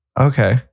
Okay